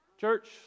Church